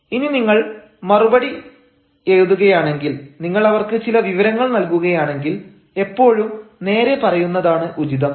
ഇനി നിങ്ങൾ മറുപടി എഴുതുകയാണെങ്കിൽ നിങ്ങൾ അവർക്ക് ചില വിവരങ്ങൾ നൽകുകയാണെങ്കിൽ എപ്പോഴും നേരെ പറയുന്നതാണ് ഉചിതം